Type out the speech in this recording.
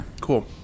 Cool